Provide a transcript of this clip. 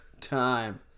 time